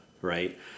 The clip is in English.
right